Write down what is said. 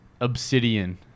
Obsidian